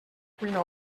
cuina